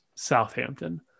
southampton